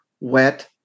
wet